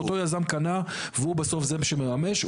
אם אותו יזם קנה והוא בסוף זה שמממש,